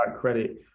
credit